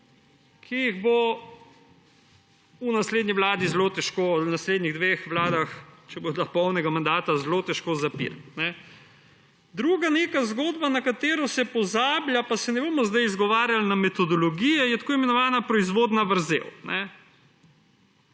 ki jih bo v naslednjih dveh vladah, če bo polni mandat, zelo težko zapreti. Druga zgodba, na katero se pozablja, pa se ne bomo zdaj izgovarjali na metodologije, je tako imenovana proizvodna vrzel.